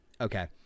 okay